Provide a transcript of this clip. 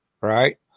right